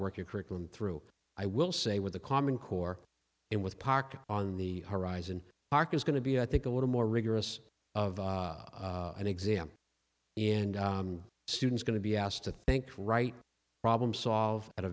work your curriculum through i will say with the common core and with parker on the horizon mark is going to be i think a little more rigorous of an exam and students going to be asked to think right problem solved at a